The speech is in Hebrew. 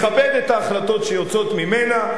מכבד את ההחלטות שיוצאות ממנה,